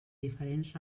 diferents